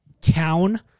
town